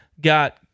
got